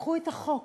את החוק,